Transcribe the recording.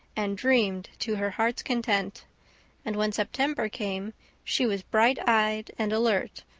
and dreamed to her heart's content and when september came she was bright-eyed and alert,